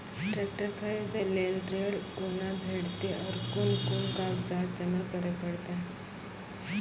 Tractor खरीदै लेल ऋण कुना भेंटते और कुन कुन कागजात जमा करै परतै?